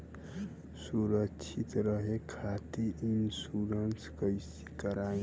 सुरक्षित रहे खातीर इन्शुरन्स कईसे करायी?